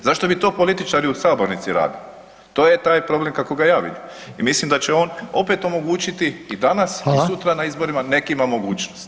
Zašto bi to političari u sabornici radili, to je taj problem kako ga ja vidim i mislim da će on opet omogućiti i danas i sutra na izborima nekima mogućnost.